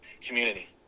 community